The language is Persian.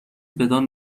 بدان